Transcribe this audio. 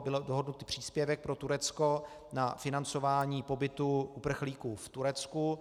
Byl dohodnut příspěvek pro Turecko na financování pobytu uprchlíků v Turecku.